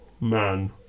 Man